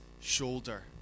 shoulder